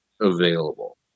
available